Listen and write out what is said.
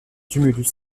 tumulus